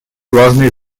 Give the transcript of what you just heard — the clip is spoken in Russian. важные